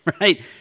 right